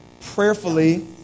prayerfully